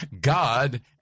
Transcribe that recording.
God